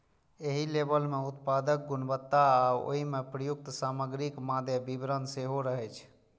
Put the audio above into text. एहि लेबल मे उत्पादक गुणवत्ता आ ओइ मे प्रयुक्त सामग्रीक मादे विवरण सेहो रहै छै